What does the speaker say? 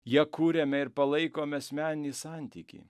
ja kuriame ir palaikome asmeninį santykį